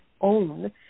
own